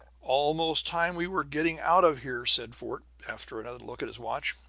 almost time we were getting out of here, said fort, after another look at his watch.